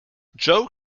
joe